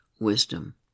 wisdom